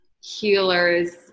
healers